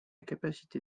capacité